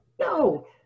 no